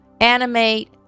animate